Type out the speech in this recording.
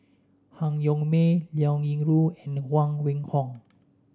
Han Yong May Liao Yingru and Huang Wenhong